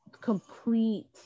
complete